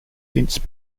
since